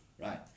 right